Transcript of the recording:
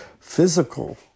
physical